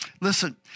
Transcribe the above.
listen